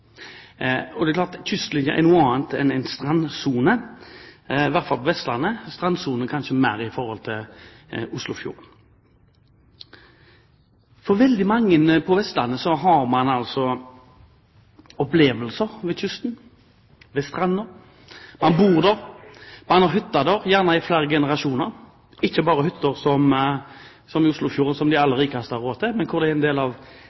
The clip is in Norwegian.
hvert fall på Vestlandet. Med strandsone tenker vi kanskje mest på Oslofjorden. Veldig mange på Vestlandet har opplevelser knyttet til kysten og stranden. Man bor der, man har hytte der – har gjerne hatt det i flere generasjoner. Det er ikke bare hytter som dem langs Oslofjorden, som bare de aller rikeste har råd til, men hvor de er en del av